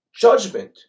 judgment